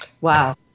Wow